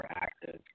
active